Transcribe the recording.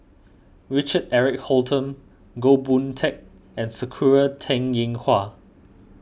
Richard Eric Holttum Goh Boon Teck and Sakura Teng Ying Hua